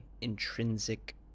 intrinsic